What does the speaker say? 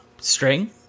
string